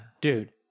Dude